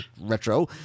retro